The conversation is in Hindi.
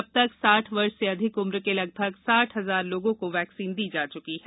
अब तक साठ वर्ष से अधिक उम्र के लगभग साठ हजार लोगों को वैक्सीन दी जा चुकी है